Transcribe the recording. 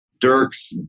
Dirks